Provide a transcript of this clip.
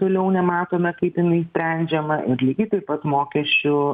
toliau nematome kaip jinai sprendžiama ir lygiai taip pat mokesčių